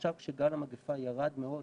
עכשיו כשגל המגפה ירד מאוד,